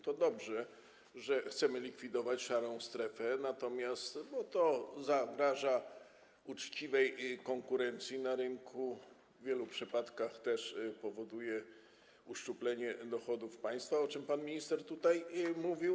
To dobrze, że chcemy likwidować szarą strefę, bo zagraża uczciwej konkurencji na rynku, w wielu przypadkach powoduje też uszczuplenie dochodów państwa, o czym pan minister tutaj mówił.